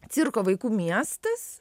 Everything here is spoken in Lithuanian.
cirko vaikų miestas